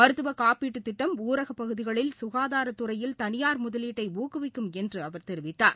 மருத்துவக் காப்பீட்டுத் திட்டம் ஊரகப் பகுதிகளில் குகாதாரத் துறையில் தனியார் முதலீட்டை ஊக்குவிக்கும் என்றுஅவர் தெரிவித்தார்